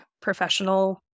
professional